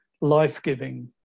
life-giving